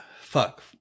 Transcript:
fuck